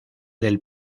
del